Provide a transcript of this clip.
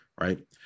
right